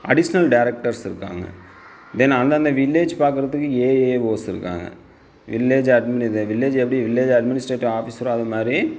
additional directors இருக்காங்க then அந்தந்த village பார்க்குறத்துக்கு ஏஏஓஸ் இருக்காங்க வில்லேஜ் அட்மின் வில்லேஜ் எப்படி வில்லேஜ் அட்மினிஸ்ட்ரேட்டிவ் ஆஃபீஸரும் அது மாதிரி